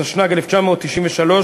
התשנ"ג 1993,